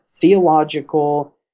theological